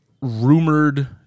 rumored